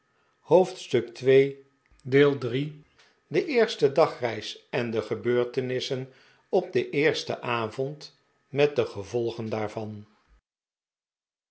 de eerste dagreis en de gebeurtenissen op den eersten avond met de gevolgen daarvan